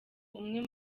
umwe